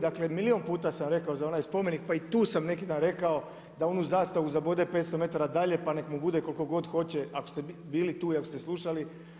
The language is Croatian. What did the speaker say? Dakle, milijun puta sam rekao za onaj spomenik, tu sam neki dan rekao da onu zastavu zabode 500 m dalje pa nek' mu bude koliko god hoće ako ste bili tu i ako ste slušali.